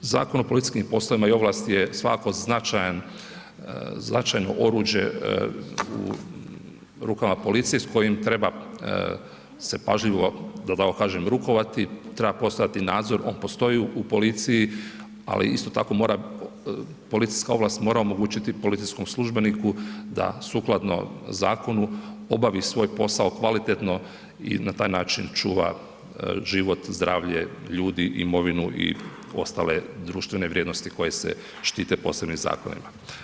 Zakon o policijskim poslovima i ovlasti je svatko značajan, značajno oruđe u rukama policije s kojim se treba se pažljivo, da tako kažem, rukovati, treba postojati nadzor, on postoji u policiji, ali isto tako mora, policijska ovlast mora omogućiti policijskom službeniku da sukladno zakonu obavi svoj posao kvalitetno i na taj način čuva život, zdravlje ljudi, imovinu i ostale društvene vrijednosti koje se štite posebnim zakonima.